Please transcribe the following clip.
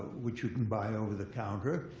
which you can buy over-the-counter.